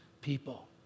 people